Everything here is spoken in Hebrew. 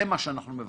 זה מה שאנחנו מבקשים.